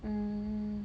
mm